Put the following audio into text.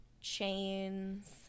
chains